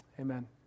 Amen